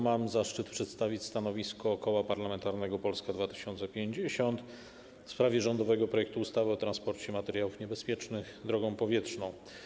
Mam zaszczyt przedstawić stanowisko Koła Parlamentarnego Polska 2050 w sprawie rządowego projektu ustawy o transporcie materiałów niebezpiecznych drogą powietrzną.